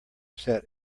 set